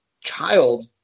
child